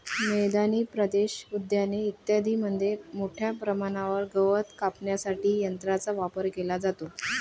मैदानी प्रदेश, उद्याने इत्यादींमध्ये मोठ्या प्रमाणावर गवत कापण्यासाठी यंत्रांचा वापर केला जातो